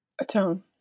atone